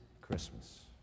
Christmas